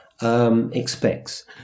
Expects